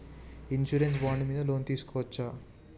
Insurance bond మీద loan తీస్కొవచ్చా?